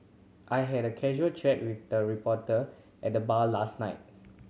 I had a casual chat with the reporter at the bar last night